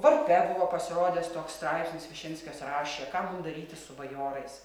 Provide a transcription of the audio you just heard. varpe buvo pasirodęs toks straipsnis višinskis rašė ką mums daryti su bajorais